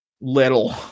Little